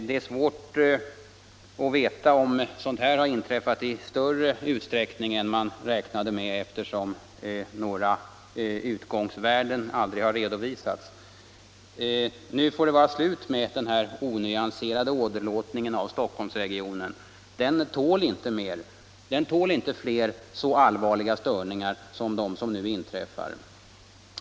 Det är svårt att veta om sådant här har inträffat i större utsträckning än man räknade med eftersom några utgångsvärden aldrig har redovisats. Nu får det vara slut med den onyanserade åderlåtningen av Stockholmsregionen. Den tål inte fler så allvarliga störningar som de som nu inträffat.